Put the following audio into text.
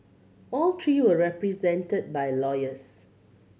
all three were represented by lawyers